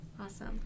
awesome